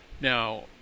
now